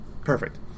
Perfect